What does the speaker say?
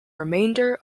remainder